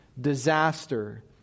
disaster